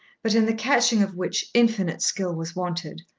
but in the catching of which infinite skill was wanted,